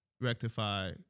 rectify